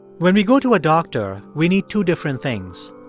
when we go to a doctor, we need two different things.